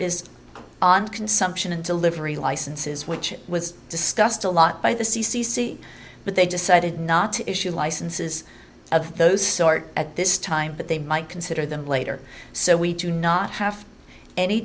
is on consumption and delivery licenses which was discussed a lot by the c c c but they decided not to issue licenses of those sort at this time but they might consider them later so we do not have any